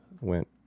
went